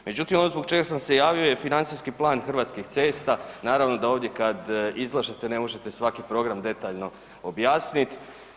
Međutim, ono zbog čega sam se javio je financijski plan Hrvatskih cesta, naravno da ovdje kad izlažete ne možete svaki program detaljno objasniti.